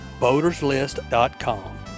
BoatersList.com